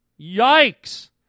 Yikes